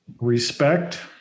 respect